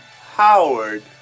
Howard